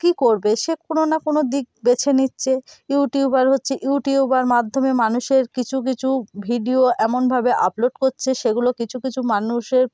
কি করবে সে কোনো না কোনো দিক বেছে নিচ্ছে ইউটিউবার হচ্ছে ইউটিউবের মাধ্যমে মানুষের কিছু কিছু ভিডিও এমনভাবে আপলোড করছে সেগুলো কিছু কিছু মানুষের